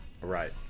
right